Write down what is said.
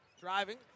driving